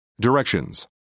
Directions